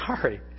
sorry